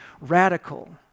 radical